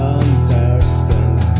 understand